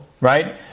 right